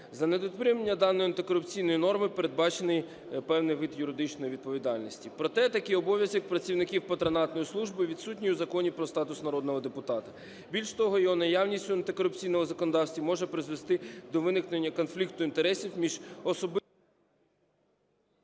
За недотримання даної антикорупційної норми передбачений певний вид юридичної відповідальності. Проте, такий обов'язок працівників патронатної служби відсутній у Законі про статус народного депутата. Більш того, його наявність в антикорупційному законодавстві може призвести до виникнення конфлікту інтересів між…